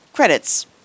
credits